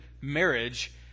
marriage